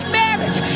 marriage